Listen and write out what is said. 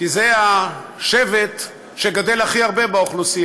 כי זה השבט שגדל הכי הרבה באוכלוסייה,